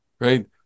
right